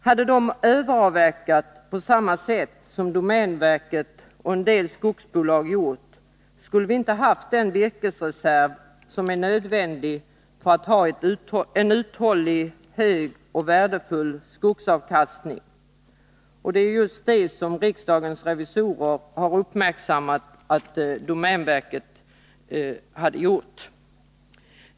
Hade de överavverkat på det sätt som domänverket och en del skogsbolag har gjort, hade vi inte haft den virkesreserv som är nödvändig för att ha en uthållig, hög och värdefull skogsavkastning. Riksdagens revisorer har uppmärksammat just att domänverket har överavverkat.